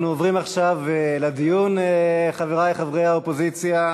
אנחנו עוברים עכשיו לדיון, חברי חברי האופוזיציה,